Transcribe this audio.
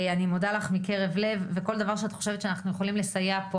כל דבר שאת חושבת שאנחנו יכולים לסייע בו,